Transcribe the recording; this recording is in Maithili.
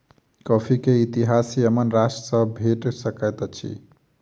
कॉफ़ी के इतिहास यमन राष्ट्र सॅ भेट सकैत अछि